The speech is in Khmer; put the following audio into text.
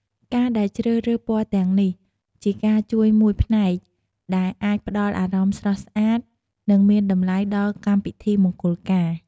ការដែលជ្រើសរើសពណ៌ទាំងនេះ ជាការជួយមួយផ្នែកដែលអាចផ្តល់អារម្មណ៍ស្រស់ស្អាត និងមានតម្លៃដល់កម្មពិធីមង្គុលការ។